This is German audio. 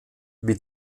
wie